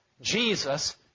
Jesus